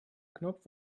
knopf